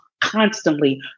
constantly